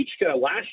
last